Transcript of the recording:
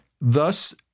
Thus